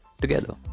together